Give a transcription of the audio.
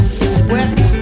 sweat